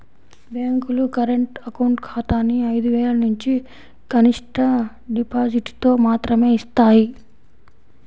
బ్యేంకులు current account ఖాతాని ఐదు వేలనుంచి కనిష్ట డిపాజిటుతో మాత్రమే యిస్తాయి